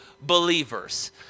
believers